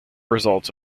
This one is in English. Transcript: results